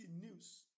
news